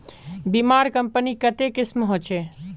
बीमार कंपनी कत्ते किस्म होछे